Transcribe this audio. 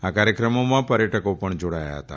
આ કાર્યક્રમોમાં પર્યટકો પણ જોડાયા હતા